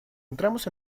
entramos